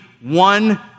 one